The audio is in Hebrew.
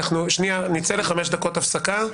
נצא לחמש דקות הפסקה,